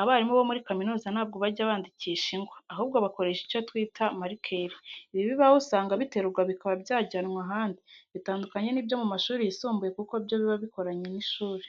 Abarimu bo muri kaminuza ntabwo bajya bandikisha ingwa, ahubwo bakoresha icyo twita marikeri. Ibi bibaho usanga biterurwa bikaba byajyanwa ahandi, bitandukanye n'ibyo mu mashuri yisumbuye kuko byo biba bikoranye n'ishuri.